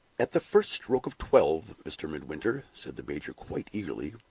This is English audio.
at the first stroke of twelve, mr. midwinter, said the major, quite eagerly,